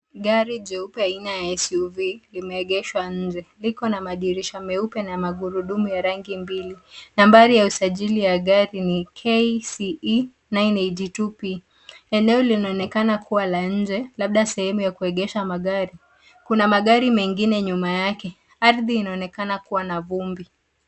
Gari jeupe aina ya SUV limeegeshwa nje, liko na madirisha meupe na magurudumu ya rangi mbili. Nambari ya usajili ya gari ni KCE 982P. Eneo linaonekana kuwa la nje labda sehemu ya kuegesha magari, Kuna magari mengine nyuma yake. Ardhi inaonekana kuwa na vumbi.